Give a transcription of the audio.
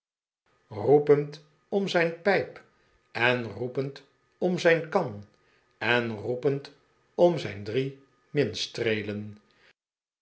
roepend om zijn pijp en roepend om zijn kan en roepend om zijii dvie